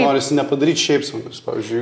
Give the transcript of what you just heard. norisi nepadaryt šiaip sau nes pavyzdžiui